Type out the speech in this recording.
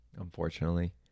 unfortunately